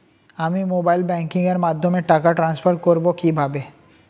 আমি mobile banking এর মাধ্যমে টাকা টান্সফার করব কিভাবে?